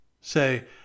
say